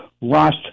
lost